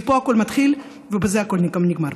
מפה הכול מתחיל ובזה הכול גם נגמר.